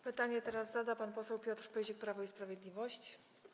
Pytanie zada pan poseł Piotr Pyzik, Prawo i Sprawiedliwość.